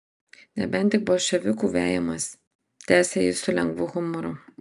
nebent tik bolševikų vejamas tęsė jis su lengvu humoru